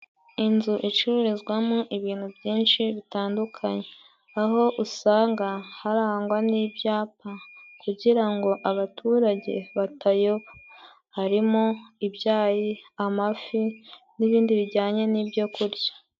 Inzu icururizwamo ibintu byinshi bitandukanye aho usanga harangwa n'ibyapa kugira ngo abaturage batayoba harimo ibyayi, amafi n'ibindi bijyanye n'ibyo kurya.